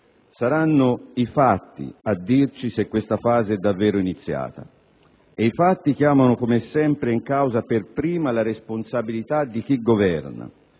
Saranno i fatti a dirci se questa fase è davvero iniziata; e i fatti chiamano, come sempre, in causa per prima la responsabilità di chi governa.